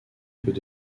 peut